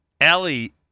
Ellie